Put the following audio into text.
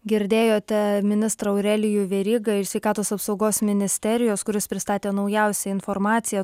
girdėjote ministrą aurelijų verygą iš sveikatos apsaugos ministerijos kuris pristatė naujausią informaciją